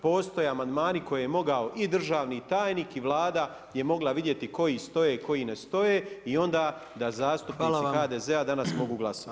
Postoje amandmani koje je mogao i državni tajnik i Vlada je mogla vidjeti koji stoje, koji ne stoje i onda da zastupnici HDZ-a danas mogu glasovati.